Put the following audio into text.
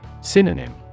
Synonym